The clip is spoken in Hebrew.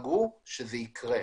דאו שזה יקרה.